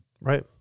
Right